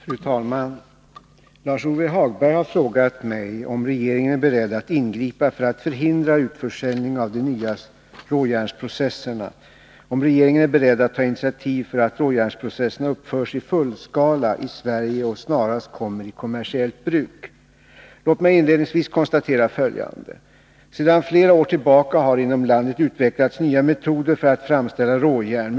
Fru talman! Lars-Ove Hagberg har frågat mig om regeringen är beredd att ingripa för att förhindra utförsäljning av de nya råjärnsproceserna och om regeringen är beredd att ta initiativ för att råjärnsprocesserna uppförs i fullskala i Sverige och snarast kommer i kommersiellt bruk. Låt mig inledningsvis konstatera följande. Sedan flera år tillbaka har inom landet utvecklats nya metoder för att framställa råjärn.